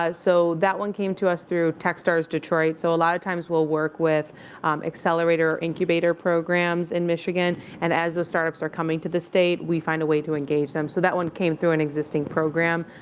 so that one came to us through techstars detroit. so a lot of times we'll work with accelerator incubator programs in michigan. and as the start-ups are coming to the state, we find a way to engage them. so that one came through an existing program.